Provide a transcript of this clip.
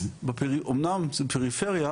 אמנם זה פריפריה,